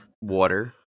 Water